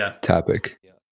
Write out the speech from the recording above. topic